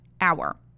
hour